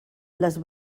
les